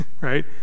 right